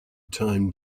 time